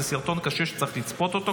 זה סרטון קשה שצריך לצפות בו,